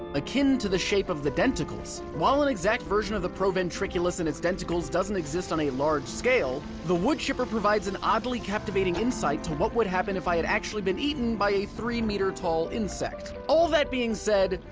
akin to the shape of the denticles. while an exact version of the proventriculus and its denticles doesn't exit on a large scale, the woodchipper provides an oddly captivating insight to what would happen if i had actually been eaten by a three metre tall insect. all that being said,